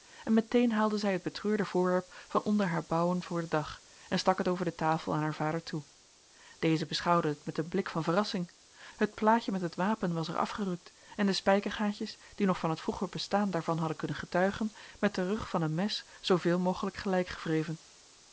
en meteen haalde zij het betreurde voorwerp van onder haar bouwen voor den dag en stak het over de tafel aan haar vader toe deze beschouwde het met een blik van verrassing het plaatje met het wapen was er afgerukt en de spijkergaatjes die nog van het vroeger bestaan daarvan hadden kunnen getuigen met den rug van een mes zooveel mogelijk